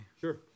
Sure